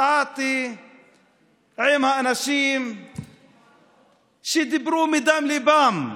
צעדתי עם אנשים שדיברו מדם ליבם,